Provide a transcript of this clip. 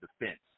defense